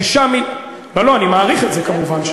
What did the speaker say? אני מעריך את זה, כמובן.